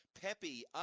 peppy